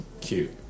Cute